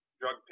drug